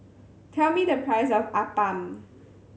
tell me the price of appam